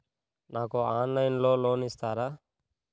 నాకు ఆన్లైన్లో లోన్ ఇస్తారా?